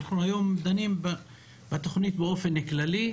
אנחנו היום דנים בתוכנית באופן כללי.